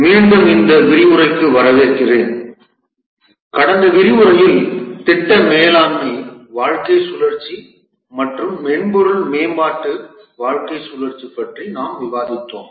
மீண்டும் இந்த விரிவுரைக்கு வரவேற்கிறேன் கடந்த விரிவுரையில் திட்ட மேலாண்மை வாழ்க்கை சுழற்சி மற்றும் மென்பொருள் மேம்பாட்டு வாழ்க்கை சுழற்சி பற்றி நாம் விவாதித்தோம்